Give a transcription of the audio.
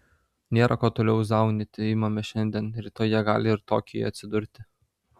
nėra ko toliau zaunyti imame šiandien rytoj jie gali ir tokijuje atsidurti